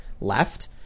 left